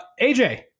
AJ